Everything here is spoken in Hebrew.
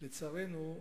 לצערנו,